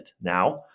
now